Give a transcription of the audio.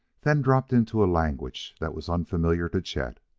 then dropped into a language that was unfamiliar to chet.